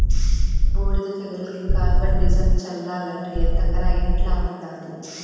బూడిద తెగులుకి కార్బండిజమ్ చల్లాలట ఎత్తకరా ఇంట్ల ఉండాది